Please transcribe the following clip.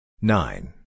Nine